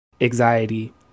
anxiety